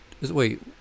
Wait